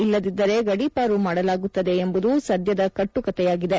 ಇಲ್ಲದಿದ್ದರೇ ಗಡೀಪಾರು ಮಾಡಲಾಗುತ್ತದೆ ಎಂಬುದು ಸದ್ಯದ ಕಟ್ಟುಕತೆಯಾಗಿದೆ